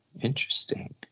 interesting